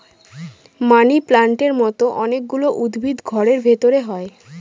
মানি প্লান্টের মতো অনেক গুলো উদ্ভিদ ঘরের ভেতরে হয়